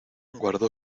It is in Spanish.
guardó